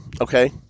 Okay